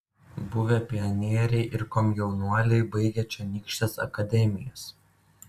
buvę pionieriai ir komjaunuoliai baigę čionykštes akademijas